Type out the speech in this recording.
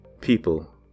People